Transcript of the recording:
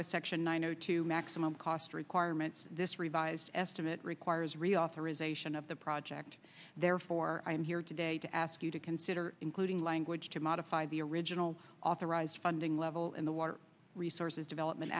with section one hundred two maximum cost requirements this revised estimate requires reauthorization of the project therefore i am here today to ask you to consider including language to modify the original authorized funding level in the water resources development